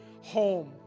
home